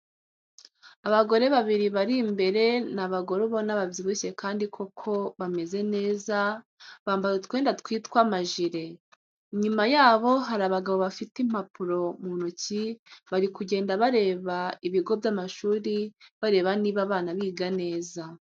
Abagore babiri bari imbere, ni abagore ubona babyibushye kandi koko bameze neza, bambaye utwenda twitwa ama jire. Inyuba yabo hari abagabo bafite impapuro mu ntoki bari kugenda bareba ibigo by'amashuri bareba niba abana biga neza.